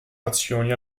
azioni